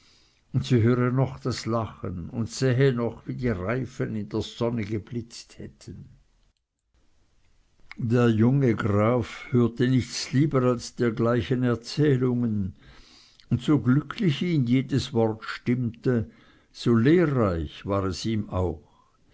sie höre noch das lachen und sähe noch wie die reifen in der sonne geblitzt hätten der junge graf hörte nichts lieber als dergleichen erzählungen und so glücklich ihn jedes wort stimmte so lehrreich war es ihm auch